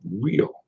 real